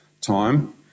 time